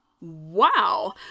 Wow